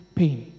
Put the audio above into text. pain